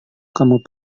kamu